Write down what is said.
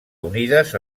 unides